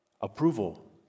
Approval